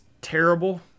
terrible